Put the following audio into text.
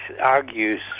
argues